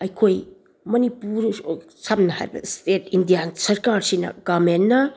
ꯑꯩꯈꯣꯏ ꯃꯅꯤꯄꯨꯔ ꯁꯝꯅ ꯍꯥꯏꯔꯕꯗ ꯏꯁꯇꯦꯠ ꯏꯟꯗꯤꯌꯥ ꯁꯔꯀꯥꯔꯁꯤꯅ ꯒꯔꯃꯦꯟꯅ